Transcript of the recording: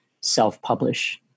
self-publish